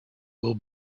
will